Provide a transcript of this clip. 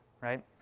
right